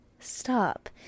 Stop